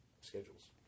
schedules